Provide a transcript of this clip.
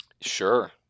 sure